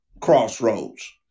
Crossroads